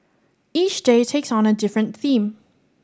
each day takes on a different theme